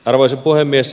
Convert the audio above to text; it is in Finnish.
arvoisa puhemies